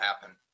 happen